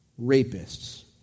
rapists